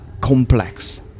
complex